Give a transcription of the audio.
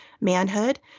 manhood